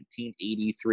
1983